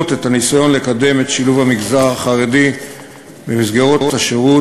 את הניסיון לקדם את שילוב המגזר החרדי במסגרות השירות,